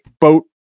boat